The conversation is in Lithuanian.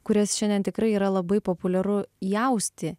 kurias šiandien tikrai yra labai populiaru įausti